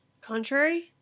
contrary